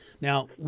Now